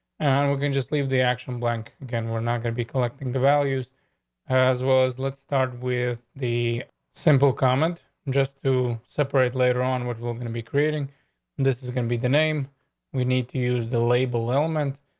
and we can just leave the action blank again. we're not gonna be collecting the values as was. let's start with the simple comment just to separate later on. what we're gonna be creating this gonna be the name we need to use the label ailment.